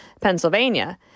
Pennsylvania